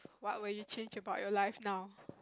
what would you change about your life now